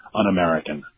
un-American